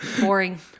boring